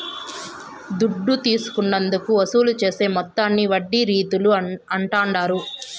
దుడ్డు తీసుకున్నందుకు వసూలు చేసే మొత్తాన్ని వడ్డీ రీతుల అంటాండారు